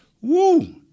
woo